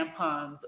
tampons